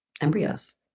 embryos